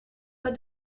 pas